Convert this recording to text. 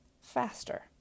faster